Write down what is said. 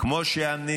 כמו שאני